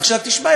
עכשיו תשמע,